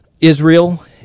Israel